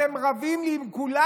אתם רבים לי עם כולם,